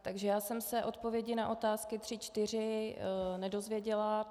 Takže já jsem se odpovědi na otázky 3, 4 nedozvěděla.